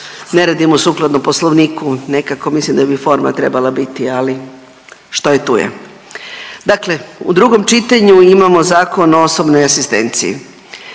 ne radimo sukladno Poslovniku. Nekako mislim da bi forma trebala biti, ali što je tu je. Dakle, u drugom čitanju imamo Zakon o osobnoj asistenciji.